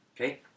Okay